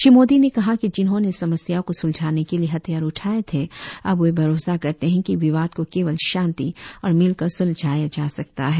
श्री मोदी ने कहा कि जिन्होंने समस्याओं को सुलझाने के लिए हथियार उठाए थे अब वे भरोसा करते हैं कि विवाद को केवल शांति और मिलकर सुलझाया जा सकता है